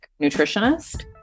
nutritionist